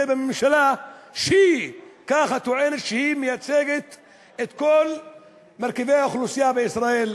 זה בממשלה שטוענת שהיא מייצגת את כל מרכיבי האוכלוסייה בישראל.